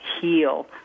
heal